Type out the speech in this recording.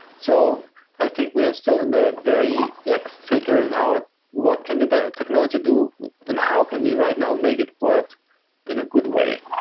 so i think we are still in the very like figuring out what can the technology and how can we right now make it work in a good way.